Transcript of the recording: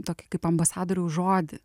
tokį kaip ambasadoriaus žodį